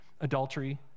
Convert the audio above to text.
Adultery